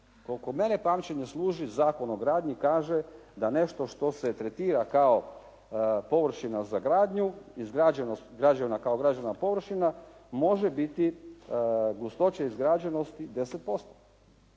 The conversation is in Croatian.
Koliko mene pamćenje služi Zakon o gradnji kaže da nešto što se tretira kao površina za gradnju, izgrađenost, građevina kao građevna površina može biti gustoća izgrađenosti 10%.